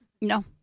No